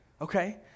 Okay